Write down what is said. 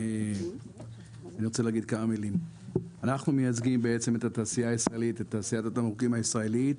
אנחנו מייצגים את תעשיית התמרוקים הישראלית.